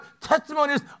Testimonies